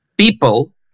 People